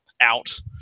out